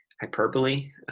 hyperbole